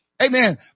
Amen